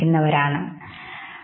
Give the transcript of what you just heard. എന്നൊക്കെ ചിന്തിക്കുന്നു